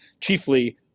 chiefly